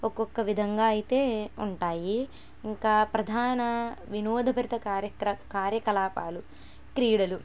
ఒక్కొక్క విధంగా అయితే ఉంటాయి ఇంకా ప్రధాన వినోదభరిత కార్యక్ర కార్యకలాపాలు క్రీడలు